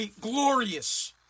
glorious